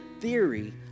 theory